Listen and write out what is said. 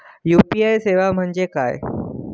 UPI सेवा म्हणजे काय?